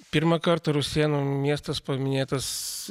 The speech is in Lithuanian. pirmą kartą rusėnų miestas paminėtas